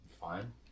fine